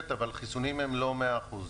החיסונים הם לא מאה אחוז,